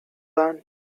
land